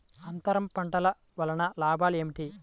అంతర పంటల వలన లాభాలు ఏమిటి?